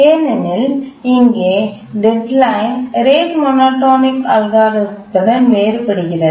ஏனெனில் இங்கே deadline rate monotonic algorithm உடன் வேறுபடுகிறது